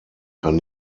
kann